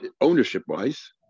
ownership-wise